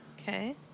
Okay